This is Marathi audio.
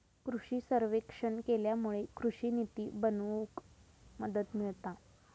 कृषि सर्वेक्षण केल्यामुळे कृषि निती बनवूक मदत मिळता